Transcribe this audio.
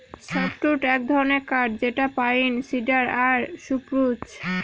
softwood এক ধরনের কাঠ যেটা পাইন, সিডার আর সপ্রুস